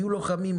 היו לוחמים,